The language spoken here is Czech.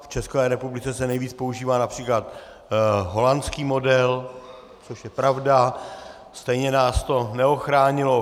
V České republice se nejvíc používá například holandský model, což je pravda, stejně nás to neochránilo.